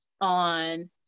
on